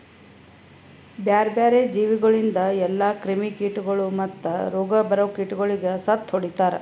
ಬ್ಯಾರೆ ಬ್ಯಾರೆ ಜೀವಿಗೊಳಿಂದ್ ಎಲ್ಲಾ ಕ್ರಿಮಿ ಕೀಟಗೊಳ್ ಮತ್ತ್ ರೋಗ ಬರೋ ಕೀಟಗೊಳಿಗ್ ಸತ್ತು ಹೊಡಿತಾರ್